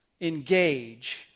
engage